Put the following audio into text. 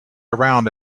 around